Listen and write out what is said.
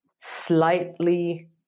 slightly